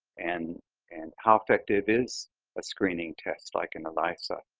and and how effective is a screening test like an elisa